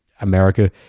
America